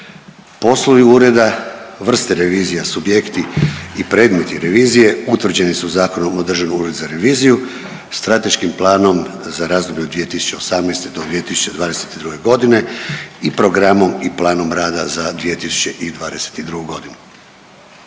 Poslovi ureda, vrste revizija, subjekti i predmeti revizije utvrđeni su Zakonom o Državnom uredu za reviziju, Strateškim planom za razdoblje od 2018.-2022.g. i Programom i planom rada za 2022.g..